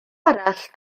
arall